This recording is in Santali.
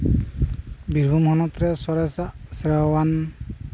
ᱵᱤᱨᱵᱷᱩᱢ ᱦᱚᱱᱚᱛ ᱨᱮ ᱥᱚᱨᱮᱥᱟᱜ ᱥᱮᱨᱣᱟ ᱟᱱ